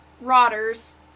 Rotters